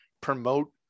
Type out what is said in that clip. promote